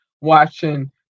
watching